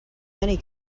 many